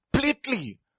Completely